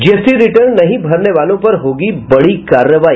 GST return नहीं भरने वालों पर होगी बड़ी कार्रवाई